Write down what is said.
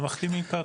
לא מחתימים כרטיס.